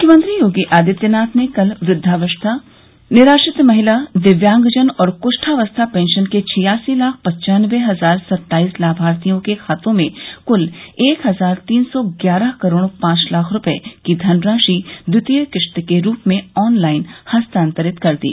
मुख्यमंत्री योगी आदित्यनाथ ने कल वृद्धावस्था निराश्रित महिला दिव्यांगजन और कृष्ठावस्था पेंशन के छियासी लाख पन्चानबे हजार सत्ताईस लाभार्थियों के खाते में कुल एक हजार तीन सौ ग्यारह करोड़ पांच लाख रूपये की धनराशि द्वितीय किस्त के रूप में ऑन लाइन हस्तांतरित कर दी